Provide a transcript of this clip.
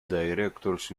directors